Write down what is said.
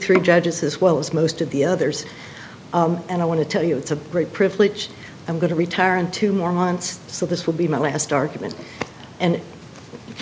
three judges as well as most of the others and i want to tell you it's a great privilege i'm going to retire in two more months so this will be my last argument and